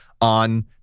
on